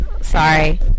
Sorry